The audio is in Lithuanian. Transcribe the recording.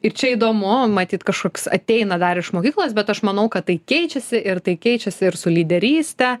ir čia įdomu matyt kažkoks ateina dar iš mokyklos bet aš manau kad tai keičiasi ir tai keičiasi ir su lyderyste